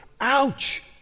ouch